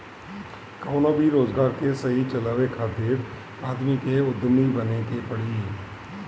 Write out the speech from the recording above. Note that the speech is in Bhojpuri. कवनो भी रोजगार के सही चलावे खातिर आदमी के उद्यमी बने के पड़ी